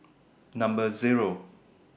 Number Zero